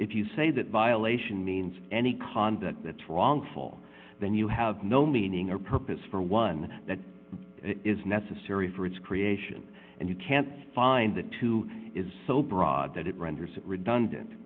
if you say that violation means any conduct that wrongful then you have no meaning or purpose for one that is necessary for its creation and you can't find the two is so broad that it re